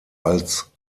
als